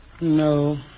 No